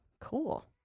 Cool